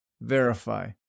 verify